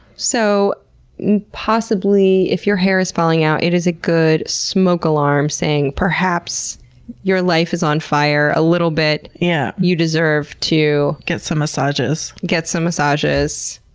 so possibly if your hair is falling out, it is a good smoke alarm saying perhaps your life is on fire a little bit. yeah you deserve to. get some massages. get some massages,